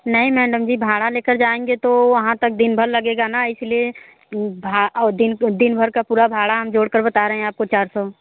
नहीं मैडम जी भाड़ा लेकर जाएँगे तो वहाँ पर दिन भर लगेगा ना इसलिए भा और दिन दिनभर का पूरा भाड़ा हम जोड़ कर बता रहे हैं आपको चार सौ